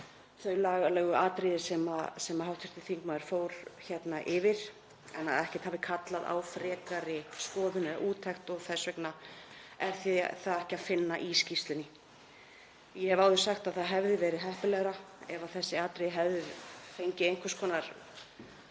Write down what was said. þau lagalegu atriði sem hv. þingmaður fór hérna yfir en að ekkert hafi kallað á frekari skoðun eða úttekt og þess vegna er það ekki að finna í skýrslunni. Ég hef áður sagt að það hefði verið heppilegra ef þessi atriði hefðu fengið einhvers konar